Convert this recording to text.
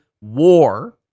war